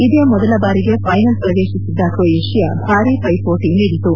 ಇದೇ ಮೊದಲ ಬಾರಿಗೆ ಫೈನಲ್ ಪ್ರವೇತಿಸಿದ್ದ ಕ್ರೊಯೇಷ್ನಾ ಬಾರೀ ಪೈಪೋಟಿ ನೀಡಿತು